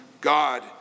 God